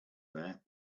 there